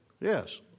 Yes